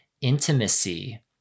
intimacy